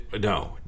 No